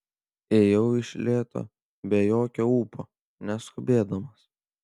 ėjau iš lėto be jokio ūpo neskubėdamas